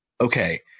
Okay